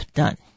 done